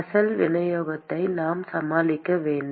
அசல் விநியோகத்தை நாம் சமாளிக்க வேண்டும்